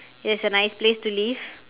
it has a nice place to live